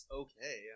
okay